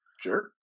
Sure